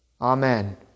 Amen